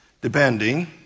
depending